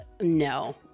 no